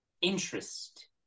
interest